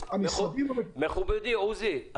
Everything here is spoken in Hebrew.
עוזי,